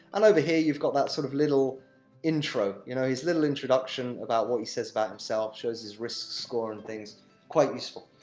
and over here, you've got that, sort of, little intro, you know his little introduction about what he says about himself, shows his risk score and things quite useful.